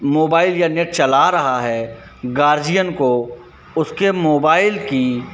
mobile या net चला रहा है गार्जियन को उसके मोबाइल की